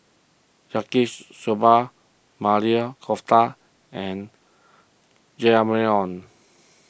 Yaki Soba Maili Kofta and Jajangmyeon